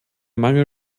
mangel